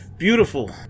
beautiful